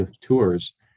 tours